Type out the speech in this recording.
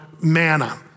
manna